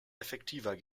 effektiver